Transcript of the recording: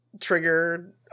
trigger